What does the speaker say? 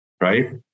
right